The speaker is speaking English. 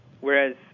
Whereas